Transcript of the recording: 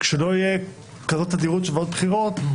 כשלא תהיה כזאת תדירות של מערכות בחירות,